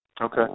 Okay